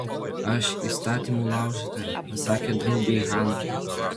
aš įstatymų laužytoja pasakė draugei hana